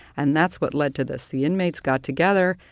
and that's what led to this the inmates got together,